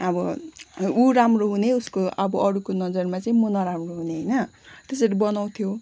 अब अब ऊ राम्रो हुने उसको अब अरूको नजरमा चाहिँ म नराम्रो हुने होइन त्यसरी बनाउँथ्यो